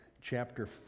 Chapter